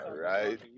right